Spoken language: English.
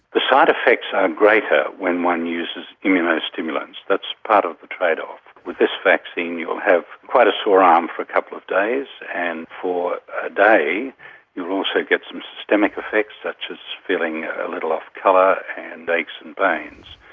the side effects are greater when one uses immuno-stimulants, that's part of the trade-off. with this vaccine you'll have quite a sore arm for a couple of days, and for a day you will also get some systemic effects such as feeling a little off-colour and aches and pains.